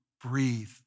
breathe